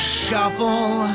shuffle